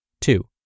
Two